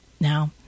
Now